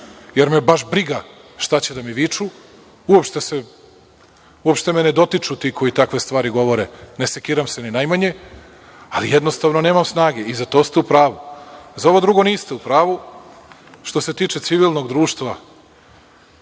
jer me baš briga šta će da mi viču. Uopšte me ne dotiču ti koji takve stvari govore. Ne sekiram se ni najmanje. Ali, jednostavno nemam snage. I za to ste u pravu.Za ovo drugo niste u pravu. Što se tiče civilnog društva,